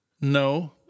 No